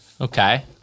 Okay